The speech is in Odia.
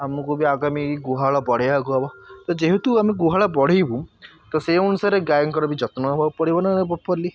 ଆମକୁ ବି ଆଗାମୀ ଗୁହାଳ ବଢ଼ାଇବାକୁ ହେବ ତ ଯେହେତୁ ଆମେ ଗୁହାଳ ବଢ଼ାଇବୁ ତ ସେହି ଅନୁସାରେ ଗାଈଙ୍କର ବି ଯତ୍ନ ନେବାକୁ ପଡ଼ିବ ନା ପ୍ରପୋର୍ଲି